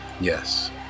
yes